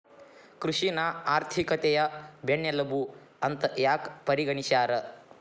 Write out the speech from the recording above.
ಕೃಷಿನ ಆರ್ಥಿಕತೆಯ ಬೆನ್ನೆಲುಬು ಅಂತ ಯಾಕ ಪರಿಗಣಿಸ್ಯಾರ?